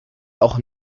auch